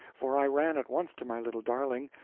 for i ran at once to my little darling,